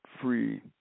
free